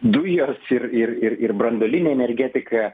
dujos ir ir ir ir branduolinė energetika